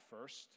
first